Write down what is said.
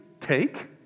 take